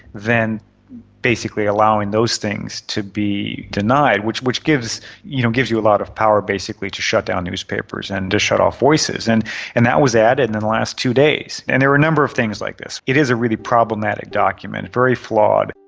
then basically allowing those things to be denied, which which gives you know gives you a lot of power basically to shut down newspapers and to shut off voices. and and that was added in the last two days. and there were a number of things like this. it is a really problematic document, very flawed.